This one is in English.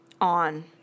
on